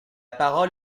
parole